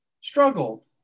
struggled